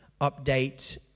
update